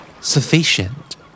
Sufficient